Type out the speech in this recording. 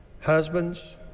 Husbands